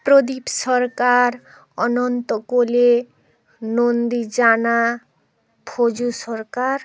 Pradip Sarkar Ananta Kole Nandi Jana Fazu Sarkar